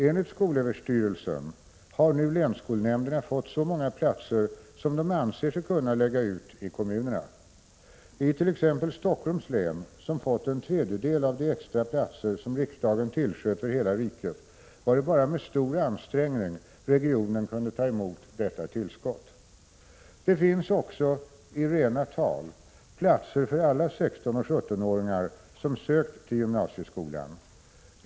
Enligt skolöverstyrelsen har nu länsskolnämnderna fått så många platser som de anser sig kunna lägga ut i kommunerna. I t.ex. Stockholms län, som fått en tredjedel av de extra platser som riksdagen tillsköt för hela riket, var det bara med stor ansträngning regionen kunde ta emot detta tillskott. Det finns också — i rena tal — platser för alla 16 och 17-åringar som sökt till gymnasieskolan.